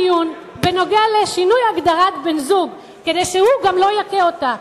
בדיון בנוגע לשינוי הגדרת בן-זוג כדי שהוא גם לא יכה אותה.